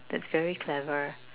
that's very clever